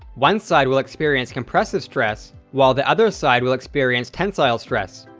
one side will experience compressive stress, while the other side will experience tensile stress.